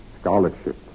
Scholarship